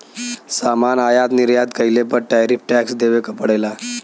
सामान आयात निर्यात कइले पर टैरिफ टैक्स देवे क पड़ेला